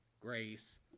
grace